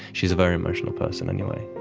she is a very emotional person anyway,